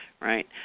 right